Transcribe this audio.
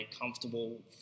comfortable